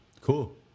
Cool